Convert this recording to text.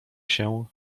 się